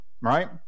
right